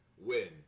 win